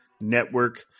Network